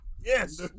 Yes